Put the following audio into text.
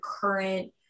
current